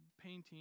painting